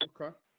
okay